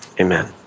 Amen